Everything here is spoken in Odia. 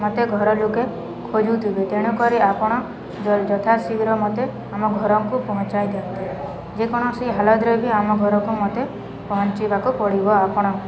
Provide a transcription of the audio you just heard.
ମୋତେ ଘର ଲୋକେ ଖୋଜୁଥିବେ ତେଣୁକରି ଆପଣ ଯଥା ଶୀଘ୍ର ମୋତେ ଆମ ଘରକୁ ପହଁଞ୍ଚାଇ ଦିଅନ୍ତେ ଯେକୌଣସି ହାଲତ୍ରେ ବି ଆମ ଘରକୁ ମୋତେ ପହଁଞ୍ଚିବାକୁ ପଡ଼ିବ ଆପଣଙ୍କୁ